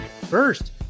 First